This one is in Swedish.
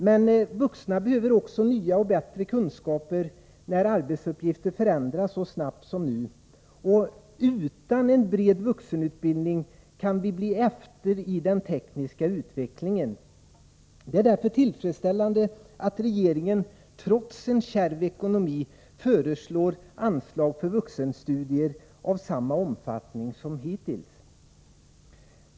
Men vuxna behöver också nya och bättre kunskaper när arbetsuppgifter förändras så snabbt som nu, och utan en bred vuxenutbildning kan vi bli efter i den tekniska utvecklingen. Det är därför tillfredsställande att regeringen trots en kärv ekonomi föreslår anslag för vuxenstudier av samma omfattning som hittills.